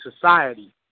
society